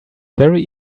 very